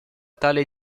tale